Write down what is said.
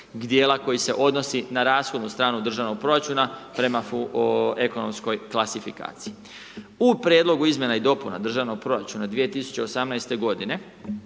koji se odnosi na rashodnu stranu državnog proračuna prema ekonomskoj klasifikaciji. U prijedlogu izmjena i dopuna državnog proračuna 2018. g da